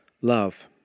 Love